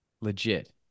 Legit